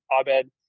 abed